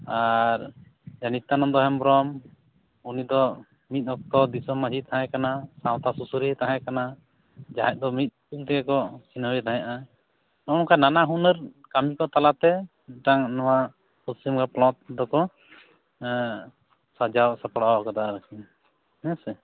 ᱟᱨ ᱱᱤᱛᱭᱟᱱᱚᱱᱫᱚ ᱦᱮᱢᱵᱨᱚᱢ ᱩᱱᱤ ᱫᱚ ᱢᱤᱫ ᱚᱠᱛᱚ ᱫᱤᱥᱚᱢ ᱢᱟᱹᱡᱷᱤᱭ ᱛᱟᱦᱮᱸ ᱠᱟᱱᱟ ᱥᱟᱶᱛᱟ ᱥᱩᱥᱟᱹᱨᱤᱭᱟᱹᱭ ᱛᱟᱦᱮᱸ ᱠᱟᱱᱟ ᱡᱟᱦᱟᱭ ᱫᱚ ᱢᱤᱫ ᱧᱩᱛᱩᱢ ᱛᱮᱦᱮ ᱠᱚ ᱪᱤᱱᱦᱟᱹᱣ ᱮ ᱛᱟᱦᱮᱸᱜᱼᱟ ᱱᱚᱠᱟ ᱱᱟᱱᱟ ᱦᱩᱱᱟᱹᱨ ᱠᱟᱹᱢᱤ ᱠᱚ ᱛᱟᱞᱟ ᱛᱟᱞᱮ ᱛᱮ ᱢᱤᱫᱴᱟᱝ ᱱᱚᱣᱟ ᱯᱚᱪᱷᱤᱢ ᱵᱟᱝᱞᱟ ᱯᱚᱱᱚᱛ ᱫᱚᱠᱚ ᱥᱟᱡᱟᱣ ᱥᱟᱯᱲᱟᱣ ᱟᱠᱟᱫᱟ ᱟᱨᱠᱤ ᱦᱮᱸ ᱥᱮ